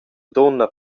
dunna